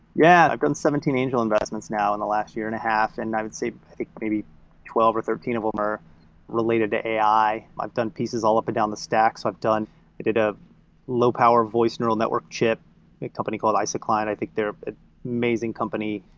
yeah. i've done seventeen angel investments now in the last year and a half and i would say, i think, maybe twelve or thirteen of them are related to a i. i've done pieces all up and down the stack. so i did a low power voice neural network chip, a company called isocline. i think they're an amazing company.